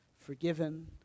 forgiven